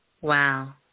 Wow